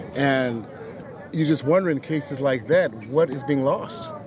and you just wonder in cases like that what is being lost